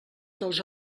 dels